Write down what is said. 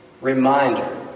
reminder